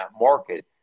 market